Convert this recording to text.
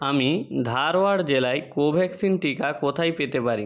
আমি ধারওয়াড় জেলায় কোভ্যাক্সিন টিকা কোথায় পেতে পারি